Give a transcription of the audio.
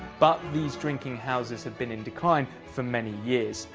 but these drinking houses have been in decline for many years.